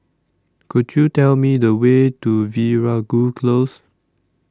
Could YOU Tell Me The Way to Veeragoo Close